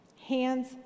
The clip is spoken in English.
Hands